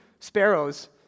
Sparrows